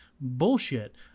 Bullshit